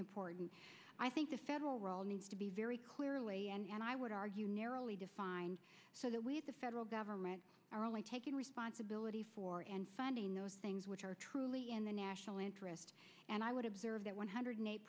important i think the federal role needs to be very clearly and i would argue narrowly defined so that the federal government are only taking responsibility for and funding those things which are truly in the national interest and i would observe that one hundred